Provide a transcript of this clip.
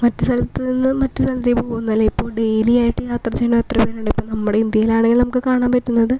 മറ്റു സ്ഥലത്തു നിന്നും മറ്റു സ്ഥലത്തേക്ക് പോകുന്നതല്ല ഇപ്പോൾ ഡെയിലിയായിട്ടു യാത്ര ചെയ്യുന്ന എത്രപേരുണ്ട് ഇപ്പം നമ്മുടെ ഇന്ത്യയിലാണെങ്കിൽ നമുക്ക് കാണാൻ പറ്റുന്നത്